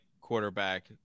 quarterback